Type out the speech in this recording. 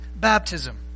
baptism